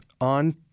on